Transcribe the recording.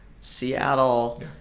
Seattle